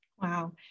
Wow